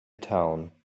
town